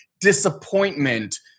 disappointment